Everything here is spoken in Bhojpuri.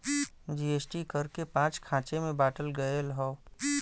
जी.एस.टी कर के पाँच खाँचे मे बाँटल गएल हौ